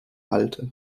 halte